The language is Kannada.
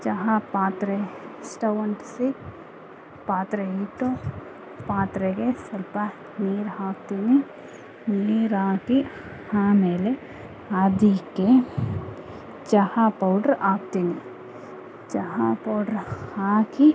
ಚಹಾ ಪಾತ್ರೆ ಸ್ಟೌ ಅಂಟಿಸಿ ಪಾತ್ರೆ ಇಟ್ಟು ಪಾತ್ರೆಗೆ ಸಲ್ಪ ನೀರು ಹಾಕ್ತೀನಿ ನೀರಾಕಿ ಆಮೇಲೆ ಅದಕ್ಕೆ ಚಹಾ ಪೌಡ್ರ್ ಹಾಕ್ತೀನಿ ಚಹಾ ಪೌಡ್ರ್ ಹಾಕಿ